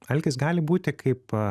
alkis gali būti kaip